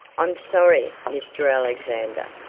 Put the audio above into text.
i'm sorry, mr. alexander,